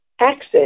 access